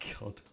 God